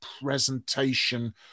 presentation